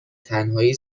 تنهایی